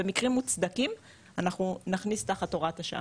במקרים מוצדקים אנחנו נכניס תחת הוראת השעה.